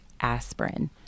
aspirin